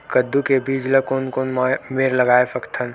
कददू के बीज ला कोन कोन मेर लगय सकथन?